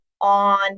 on